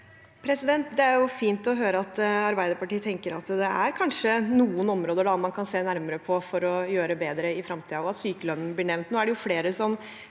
Det er fint å høre at Arbei- derpartiet tenker at det kanskje er noen områder man kan se nærmere på for å gjøre bedre i fremtiden, og at sykelønn blir nevnt. Nå er det flere som